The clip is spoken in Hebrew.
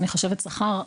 מחשבת שכר,